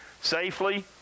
safely